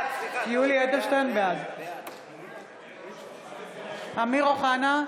בעד אמיר אוחנה,